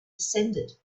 descended